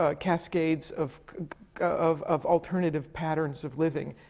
ah cascades of of of alternative patterns of living.